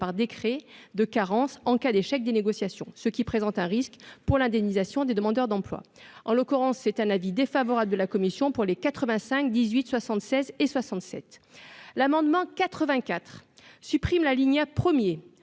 par décret de carence en cas d'échec des négociations, ce qui présente un risque pour l'indemnisation des demandeurs d'emploi en l'occurrence c'est un avis défavorable de la commission pour les 85 18 76 et 67, l'amendement 84 supprime la ligne A